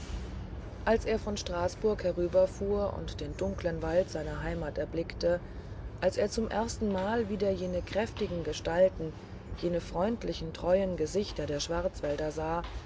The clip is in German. als er von straßburg herüberfuhr und den dunkeln wald seiner heimat erblickte als er zum erstenmal wieder jene kräftigen gestalten jene freundlichen treuen gesichter der schwarzwälder sah